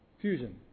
Fusion